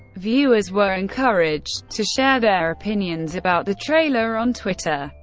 viewers were encouraged to share their opinions about the trailer on twitter,